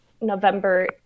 November